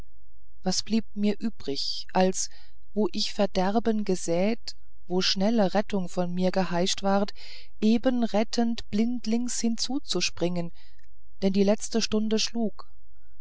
was blieb mir übrig als wo ich verderben gesäet wo schnelle rettung von mir geheischt ward eben rettend blindlings hinzu zu springen denn die letzte stunde schlug